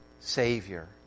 Savior